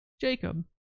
Jacob